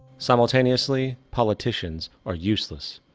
simultaneously, politicians are useless.